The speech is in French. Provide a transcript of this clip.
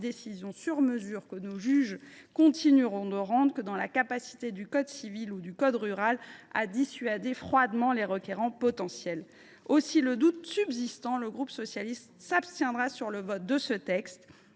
décisions sur mesure que nos juges continueront de rendre plutôt que dans la capacité du code civil ou du code rural à dissuader froidement les requérants potentiels. Aussi, le doute subsistant, le groupe socialiste s’abstiendra sur ce texte.